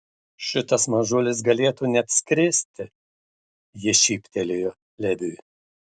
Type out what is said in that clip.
šitas mažulis galėtų net skristi ji šyptelėjo leviui